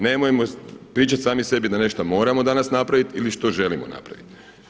Nemojmo pričati sami sebi da nešto moramo danas napraviti ili što želimo napraviti.